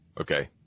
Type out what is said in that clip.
Okay